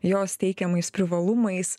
jos teikiamais privalumais